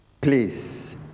please